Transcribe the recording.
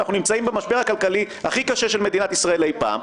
אנחנו נמצאים במשבר הכלכלי הכי קשה של מדינת ישראל אי פעם,